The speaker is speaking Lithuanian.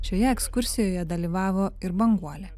šioje ekskursijoje dalyvavo ir banguolė